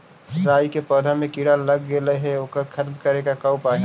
राई के पौधा में किड़ा लग गेले हे ओकर खत्म करे के का उपाय है?